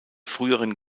früheren